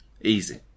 easy